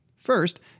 First